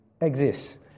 exists